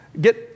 get